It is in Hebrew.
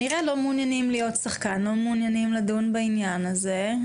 הם כנראה לא מעוניינים להיות שחקן ולדון בעניין הזה.